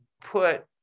put